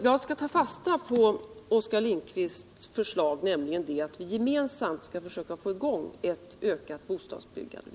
Jag skall ta fasta på Oskar Lindkvists förslag att vi gemensamt skall försöka få i gång ett ökat bostadsbyggande.